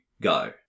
go